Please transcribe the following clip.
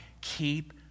Keep